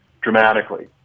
dramatically